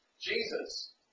Jesus